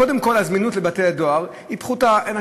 קודם כול, הזמינות של בתי-הדואר היא פחותה.